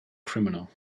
criminal